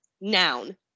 noun